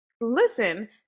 listen